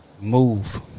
Move